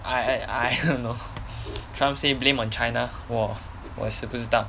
I I don't know trump say blame on china 我我是不知道